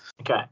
Okay